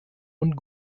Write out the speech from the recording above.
und